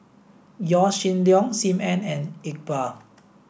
Yaw Shin Leong Sim Ann and Iqbal